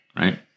right